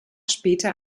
später